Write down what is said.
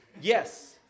Yes